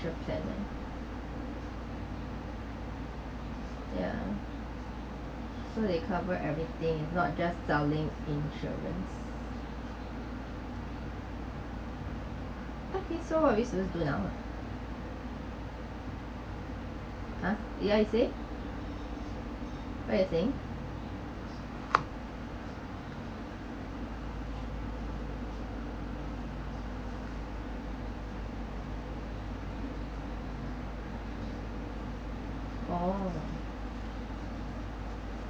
financial planner ya so they cover everything not just selling insurance okay so what we still do now ah ah ya what you say what you saying oh